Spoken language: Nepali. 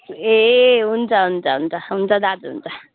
ए हुन्छ हुन्छ हुन्छ हुन्छ हुन्छ दाजु हुन्छ